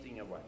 away